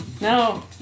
No